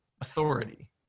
authority